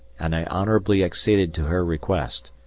and i honourably acceded to her request.